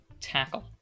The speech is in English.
tackle